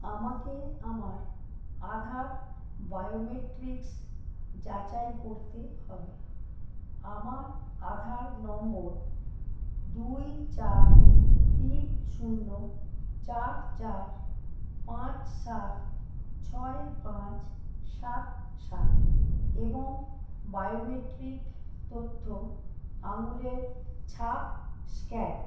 আমাকে আমার আধার বায়োমেট্রিক যাচাই করতে হবে আমার আধার নম্বর দুই চার তিন শূন্য চার চার পাঁচ সাত ছয় পাঁচ সাত সাত এবং বায়োমেট্রিক তথ্য আঙুলের ছাপ স্ক্যান